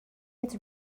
its